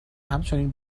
همچنین